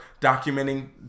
documenting